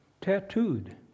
tattooed